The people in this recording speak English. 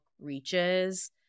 reaches